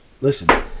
Listen